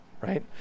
right